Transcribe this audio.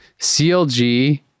clg